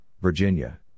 Virginia